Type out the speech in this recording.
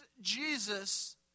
Jesus